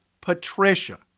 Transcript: Patricia